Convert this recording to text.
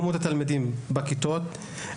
כמעט 100,000 תלמידים; יש לנו,